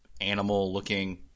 animal-looking